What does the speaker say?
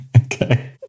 okay